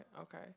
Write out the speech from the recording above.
okay